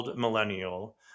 millennial